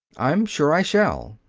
i'm sure i shall,